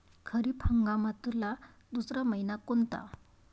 खरीप हंगामातला दुसरा मइना कोनता?